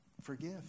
forgive